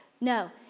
No